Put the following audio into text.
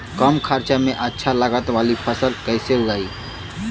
कम खर्चा में अच्छा लागत वाली फसल कैसे उगाई?